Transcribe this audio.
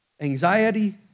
anxiety